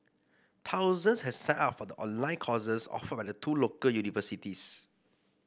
thousands have signed up for the online courses offered by the two local universities